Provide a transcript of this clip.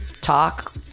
talk